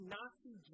Nazi